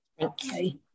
Okay